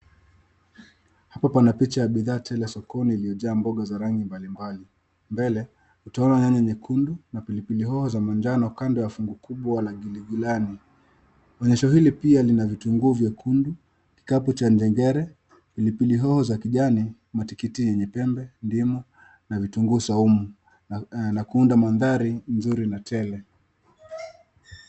Hapa pana picha ya bidhaa tele sokoni iliyojaa mboga za rangi mbalimbali. Mbele, utaona nyanya nyekundu, na pilipili hoho za manjano kando ya fungu kubwa la ngiribilani. Onyesho hili pia lina vitunguu vyekundu, kikapu cha jengere, pilipili hoho za kijani, matikiti yenye pembe, ndimu na vitunguu saumu la kuunda mandhari nzuri na tele.